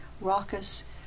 Raucous